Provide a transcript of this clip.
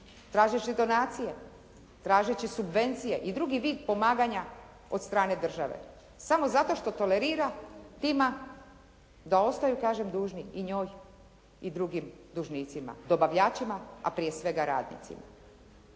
tražeći donacije, tražeći subvencije i dugi vid pomaganja od strane države. Samo zato što tolerira time da ostaju kažem dužni i njoj i drugim dužnicima, dobavljačima, a prije svega radnicima.